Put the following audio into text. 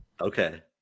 Okay